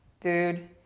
dude,